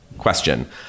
Question